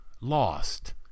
lost